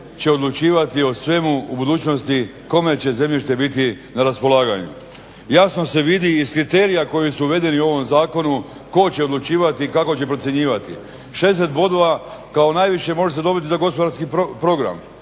odlučivati o svemu u budućnosti. Kome će zemljište biti na raspolaganju. Jasno se vidi iz kriterija koji su uvedeni u ovom zakonu ko će odlučivati i kako će procjenjivati. 60 bodova kao najviše može se dobiti za gospodarski program.